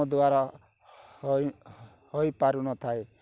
ହୋଇ ହୋଇ ପାରୁନଥାଏ